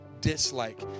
dislike